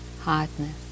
hardness